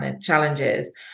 challenges